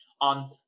on